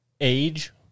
age